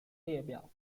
列表